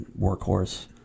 workhorse